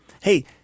Hey